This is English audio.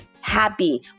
happy